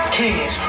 kings